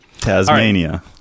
Tasmania